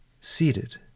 seated